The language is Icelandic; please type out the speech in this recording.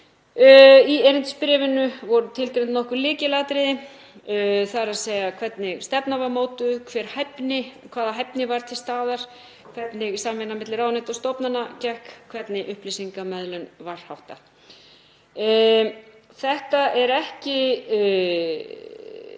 Í erindisbréfinu voru tilgreind nokkur lykilatriði, þ.e. hvernig stefnan var mótuð, hvaða hæfni var til staðar, hvernig samvinna milli ráðuneyta og stofnana gekk, hvernig upplýsingamiðlun var háttað. Þetta er ekki